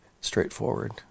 straightforward